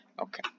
Okay